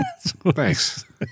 Thanks